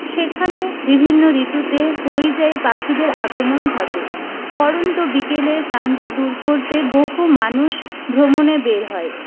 সেখানে বিভিন্ন ঋতুতে পরিযায়ী পাখিদের আগমন ঘটে পড়ন্ত বিকেলের ক্লান্তি দূর করতে বহু মানুষ ভ্রমণে বের হয়